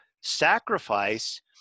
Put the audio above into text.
sacrifice